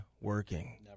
working